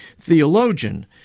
theologian